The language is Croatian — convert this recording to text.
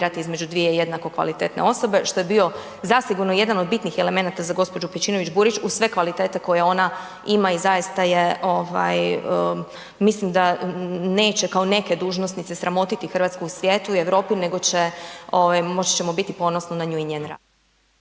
između dvije jednako kvalitetne osobe, što je bio zasigurno jedan od bitnih elemenata za gđu. Pejčinović-Burić uz sve kvalitete koje ona ima i zaista je, mislim da neće kao neke dužnosnice sramotiti RH u svijetu i Europi, nego će, moći ćemo biti ponosni na nju i njen rad.